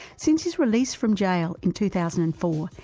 since his release from jail in two thousand and four,